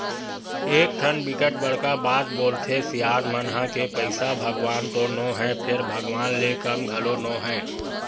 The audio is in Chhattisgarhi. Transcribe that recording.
एकठन बिकट बड़का बात बोलथे सियान मन ह के पइसा भगवान तो नो हय फेर भगवान ले कम घलो नो हय